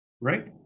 right